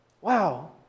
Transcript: Wow